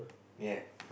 ya